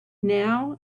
now